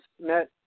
met